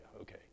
Okay